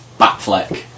Batfleck